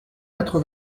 quatre